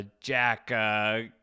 Jack